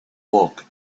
work